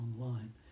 online